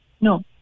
No